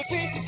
See